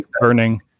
burning